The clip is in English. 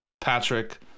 patrick